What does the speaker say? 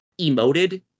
emoted